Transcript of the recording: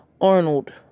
Arnold